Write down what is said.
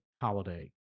holiday